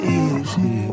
easy